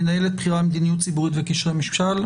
מנהלת בכירה מדיניות ציבורית וקשרי ממשל,